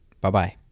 Bye-bye